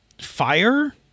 fire